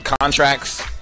contracts